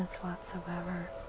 whatsoever